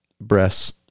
breasts